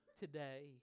today